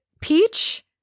peach